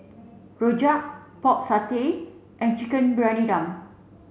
Rojak Pork Satay and Chicken Briyani Dum